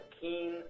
keen